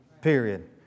Period